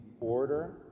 order